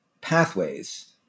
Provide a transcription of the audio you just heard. pathways